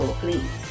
please